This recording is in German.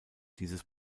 dieses